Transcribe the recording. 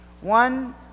One